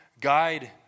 guide